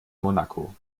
monaco